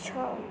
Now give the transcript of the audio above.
ଛଅ